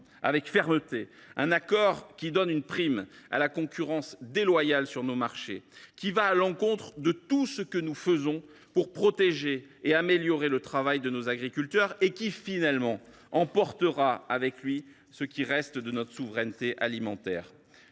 avec fermeté un accord qui donne une prime à la concurrence déloyale sur nos marchés, qui va à l’encontre de tout ce que nous faisons pour protéger et améliorer le travail de nos agriculteurs et qui, finalement, emportera avec lui ce qu’il reste de notre souveraineté alimentaire.